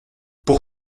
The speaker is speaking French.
pour